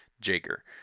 jager